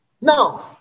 Now